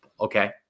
okay